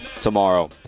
tomorrow